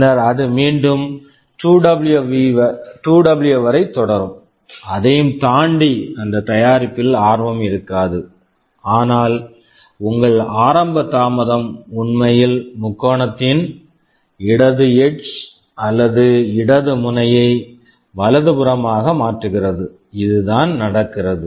பின்னர் அது மீண்டும் 2டபுள்யூ 2W வரை தொடரும் அதையும் தாண்டி அந்த தயாரிப்பில் ஆர்வம் இருக்காது ஆனால் உங்கள் ஆரம்ப தாமதம் உண்மையில் முக்கோணத்தின் இடது எட்ஜ் edge அல்லது இடது முனையை வலதுபுறமாக மாற்றுகிறது இதுதான் நடக்கிறது